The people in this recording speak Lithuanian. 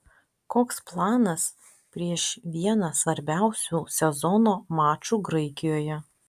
koks planas prieš vieną svarbiausių sezono mačų graikijoje